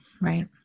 right